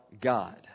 God